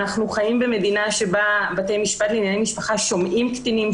אנחנו חיים במדינה שבה בתי משפט לענייני משפחה שומעים קטינים,